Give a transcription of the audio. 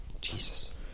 Jesus